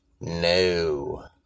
No